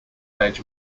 age